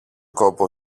κόπο